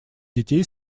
детей